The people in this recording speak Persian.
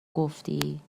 گفتی